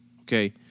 Okay